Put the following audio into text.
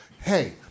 Hey